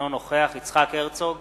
אינו נוכח יצחק הרצוג,